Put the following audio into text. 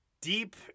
Deep